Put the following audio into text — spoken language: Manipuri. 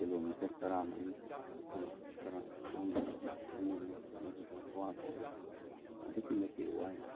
ꯀꯤꯂꯣꯃꯤꯇꯔ ꯇꯔꯥ ꯃꯔꯤ ꯑꯩꯈꯣꯏ ꯈꯔ ꯈꯣꯡꯅ ꯆꯠꯃꯤꯟꯅꯩ ꯃꯗꯨꯗ ꯋꯥꯈꯤꯕꯗꯤ ꯑꯗꯨꯛꯀꯤ ꯃꯇꯤꯛ ꯋꯥꯏ